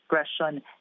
expression